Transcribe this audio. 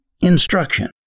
instruction